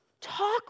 Talk